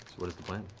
what is the plan?